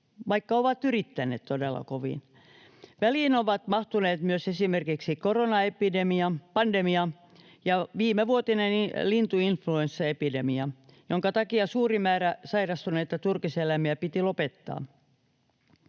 vaikka ovat yrittäneet todella kovin. Väliin ovat mahtuneet myös esimerkiksi koronapandemia ja viimevuotinen lintuinfluenssaepidemia, jonka takia suuri määrä sairastuneita turkiseläimiä piti lopettaa.